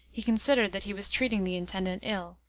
he considered that he was treating the intendant ill,